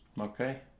Okay